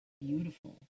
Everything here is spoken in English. beautiful